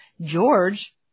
George